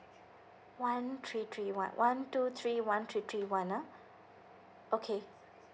one three three one one two three one three three one ah okay